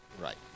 Right